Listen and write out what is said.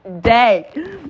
day